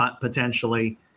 potentially